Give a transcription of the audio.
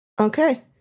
Okay